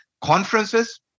Conferences